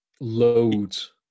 loads